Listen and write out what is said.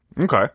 Okay